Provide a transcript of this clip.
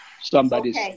Somebody's